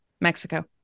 Mexico